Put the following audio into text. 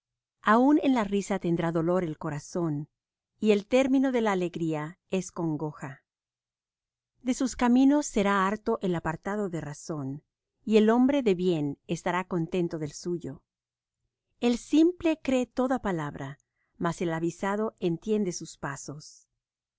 aun en la risa tendrá dolor el corazón y el término de la alegría es congoja de sus caminos será harto el apartado de razón y el hombre de bien estará contento del suyo el simple cree á toda palabra mas el avisado entiende sus pasos